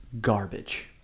Garbage